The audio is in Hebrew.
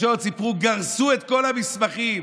בתקשורת סיפרו שגרסו את כל המסמכים,